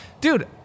Dude